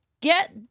Get